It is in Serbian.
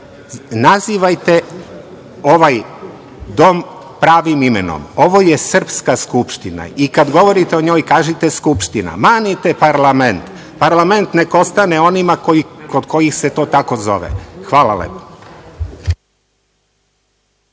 nazivajte ovaj dom pravim imenom. Ovo je srpska Skupština i kada govorite o njoj kažite Skupština, manite parlament. Parlament neka ostane onima kod kojih se to tako zove. Hvala lepo.